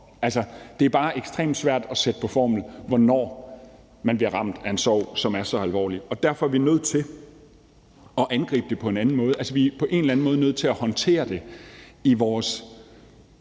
Det er bare ekstremt svært at sætte på formel, hvornår man bliver ramt af en sorg, som er så alvorlig. Derfor er vi nødt til at angribe det på en anden måde. Vi er på en eller anden måde nødt til at håndtere det i vores